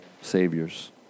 saviors